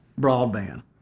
broadband